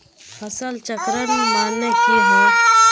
फसल चक्रण माने की होय?